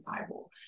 bible